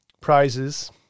prizes